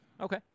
okay